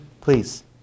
please